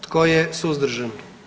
Tko je suzdržan?